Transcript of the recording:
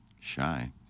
Shy